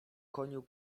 koniu